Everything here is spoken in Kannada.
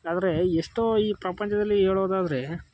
ಆದರೆ ಎಷ್ಟೋ ಈ ಪ್ರಪಂಚದಲ್ಲಿ ಹೇಳೋದಾದ್ರೆ